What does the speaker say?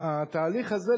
התהליך הזה,